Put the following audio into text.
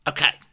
Okay